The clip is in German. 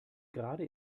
gerade